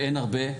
ואין הרבה,